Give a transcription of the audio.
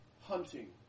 Hunting